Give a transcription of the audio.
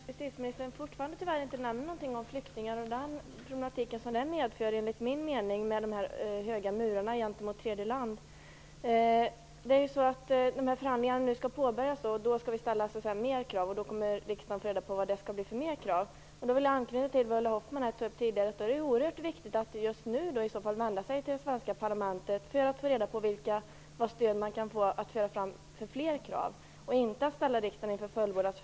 Herr talman! Jag noterar att justitieministern tyvärr fortfarande inte nämner någonting om den problematik för flyktingarna som enligt min mening uppstår genom de höga murarna gentemot tredje land. Vi skall när förhandlingarna påbörjas ställa ytterligare krav, och riksdagen kommer då att få reda på vilka dessa blir. Jag vill då anknyta till vad Ulla Hoffmann tidigare sade. Det är oerhört viktigt att just nu vända sig till riksdagen för att få reda vilka ytterligare krav som man kan få stöd för att föra fram.